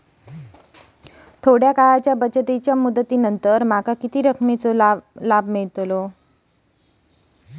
अल्प काळाच्या बचतीच्या मुदतीनंतर मला किती रकमेचा लाभांश मिळेल?